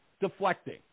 deflecting